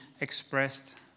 expressed